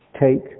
take